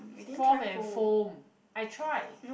form and foam I tried